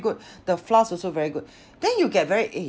good the flask also very good then you get very eh